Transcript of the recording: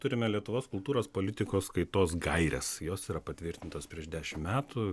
turime lietuvos kultūros politikos kaitos gaires jos yra patvirtintos prieš dešim metų